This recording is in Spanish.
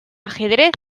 ajedrez